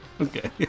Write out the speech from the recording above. Okay